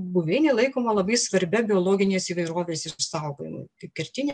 buveinė laikoma labai svarbia biologinės įvairovės jau išsaugojimui kaip kertinė